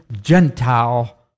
Gentile